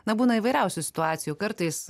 na būna įvairiausių situacijų kartais